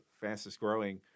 fastest-growing –